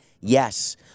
Yes